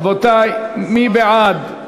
רבותי, מי בעד?